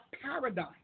paradigm